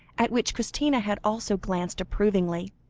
at which christina had also glanced approvingly.